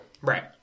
Right